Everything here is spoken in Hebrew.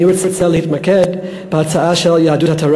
אני רוצה להתמקד בהצעה של יהדות התורה